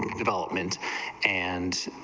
development and